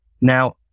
Now